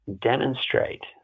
demonstrate